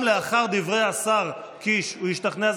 אם לאחר דברי השר קיש הוא ישתכנע,